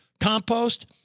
compost